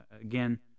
Again